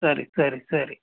ಸರಿ ಸರಿ ಸರಿ